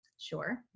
Sure